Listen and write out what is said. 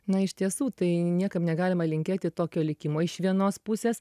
na iš tiesų tai niekam negalima linkėti tokio likimo iš vienos pusės